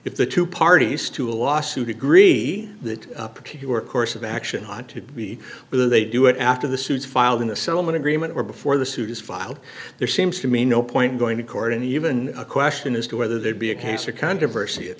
if the two parties to a lawsuit agree that a particular course of action on to be whether they do it after the suits filed in the settlement agreement or before the suit is filed there seems to me no point going to court and even a question as to whether there'd be a case or controversy it